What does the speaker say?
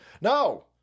No